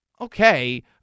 okay